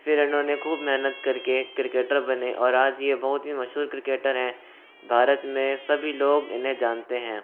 फिर इन्होंने खूब मेहनत करके क्रिकेटर बने और आज ये बहुत ही मशहूर क्रिकेटर हैं भारत मैं सभी लोग इन्हें जानते हैं